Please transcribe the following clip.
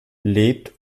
lebt